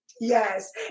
Yes